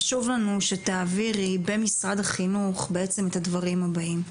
חשוב לנו שתעבירי במשרד החינוך בעצם את הדברים הבאים.